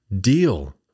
deal